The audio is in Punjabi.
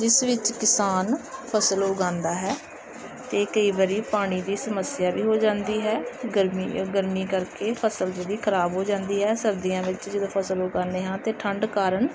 ਜਿਸ ਵਿੱਚ ਕਿਸਾਨ ਫਸਲ ਉਗਾਉਂਦਾ ਹੈ ਅਤੇ ਕਈ ਵਾਰੀ ਪਾਣੀ ਦੀ ਸਮੱਸਿਆ ਵੀ ਹੋ ਜਾਂਦੀ ਹੈ ਗਰਮੀ ਗਰਮੀ ਕਰਕੇ ਫਸਲ ਜਿਹੜੀ ਖਰਾਬ ਹੋ ਜਾਂਦੀ ਹੈ ਸਰਦੀਆਂ ਵਿੱਚ ਜਦੋਂ ਫਸਲ ਉਗਾਉਂਦੇ ਹਾਂ ਤਾਂ ਠੰਢ ਕਾਰਨ